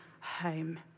home